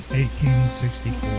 1864